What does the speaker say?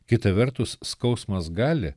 kita vertus skausmas gali